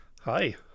hi